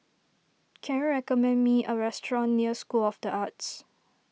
can you recommend me a restaurant near School of the Arts